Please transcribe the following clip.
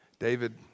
David